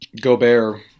Gobert